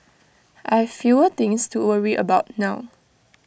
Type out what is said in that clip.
I've fewer things to worry about now